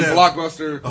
Blockbuster